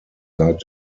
seit